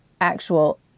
actual